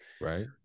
right